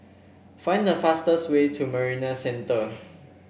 find the fastest way to Marina Centre